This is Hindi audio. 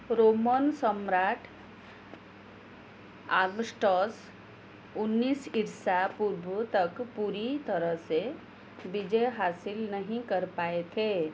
रोमन सम्राट ऑगस्टस उन्नीस ईसा पूर्व तक पूरी तरह से विजय हासिल नहीं कर पाए थे